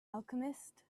alchemist